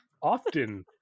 often